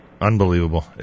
Unbelievable